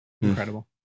incredible